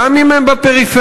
גם אם הם בפריפריה,